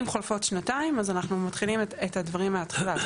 אם חולפות שנתיים אז אנחנו מתחילים את הדברים מההתחלה.